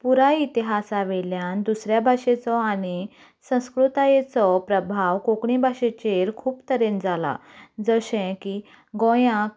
पुराय इतिहासा वयल्यान दुसऱ्या भाशेचो आनी संस्कृतायेचो प्रभाव कोंकणी भाशेचेर खूब तरेन जाला जशें गोंयांत